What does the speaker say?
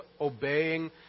obeying